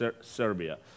Serbia